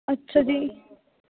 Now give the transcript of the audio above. ਅੱਛਾ ਜੀ